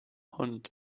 hund